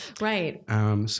Right